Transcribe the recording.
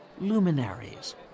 Luminaries